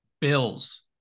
Bills